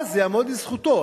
אז זה יעמוד לזכותו.